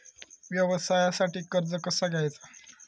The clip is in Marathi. व्यवसायासाठी कर्ज कसा घ्यायचा?